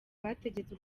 bategetse